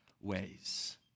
ways